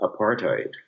apartheid